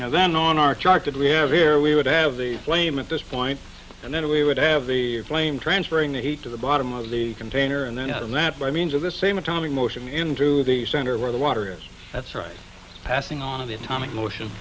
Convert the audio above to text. and then on our charge did we have here we would have the flame at this point and then we would have the flame transferring the heat to the bottom of the container and then that by means of the same atomic motion into the center where the water is that's right passing on the atomic motion